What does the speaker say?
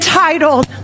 titled